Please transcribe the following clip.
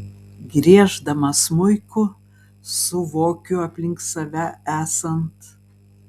grieždama smuiku suvokiu aplink save esant